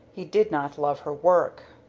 he did not love her work.